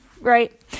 right